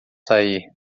sair